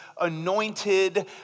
anointed